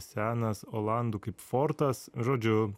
senas olandų kaip fortas žodžiu